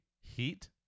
heat